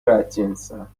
بدجنسم